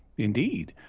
indeed.